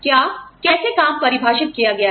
क्या कैसे काम परिभाषित किया गया है